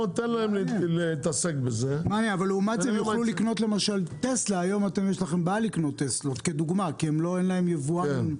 היום יש להם בעיה לקנות טסלות כי אין להם יבואן.